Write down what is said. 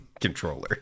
controller